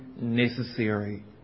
necessary